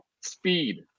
speed